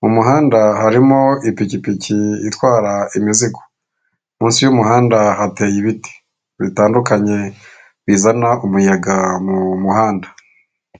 mu muhanda harimo ipikipiki itwara imizigo munsi y'umuhanda hateye ibiti bitandukanye bizana umuyaga mu muhanda.